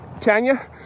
Tanya